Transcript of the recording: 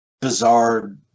bizarre